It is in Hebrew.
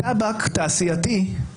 טבק תעשייתי הורג.